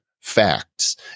facts